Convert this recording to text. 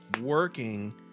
working